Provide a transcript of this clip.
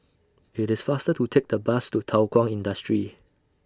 IT IS faster to Take The Bus to Thow Kwang Industry